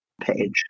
page